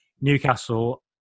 Newcastle